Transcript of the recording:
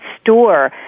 store